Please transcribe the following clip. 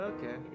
Okay